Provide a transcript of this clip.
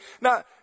Now